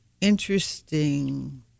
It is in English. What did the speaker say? interesting